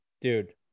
Dude